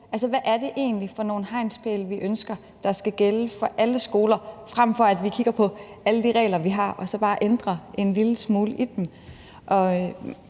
hvad det egentlig er for nogle hegnspæle, vi ønsker skal gælde for alle skoler – frem for at vi kigger på alle de regler, vi har, og så bare ændrer en lille smule i dem.